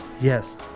Yes